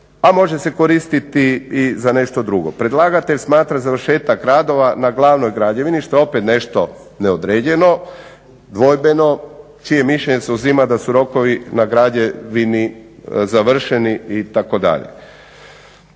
A može se koristiti i za nešto drugo. Predlagatelj smatra završetak radova na glavnoj građevini što je opet nešto neodređeno, dvojbeno. Čije mišljenje se uzima da su rokovi na građevini završeni itd.?